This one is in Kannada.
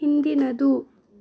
ಹಿಂದಿನದು